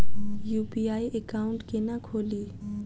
UPI account केना खोलि?